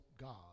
God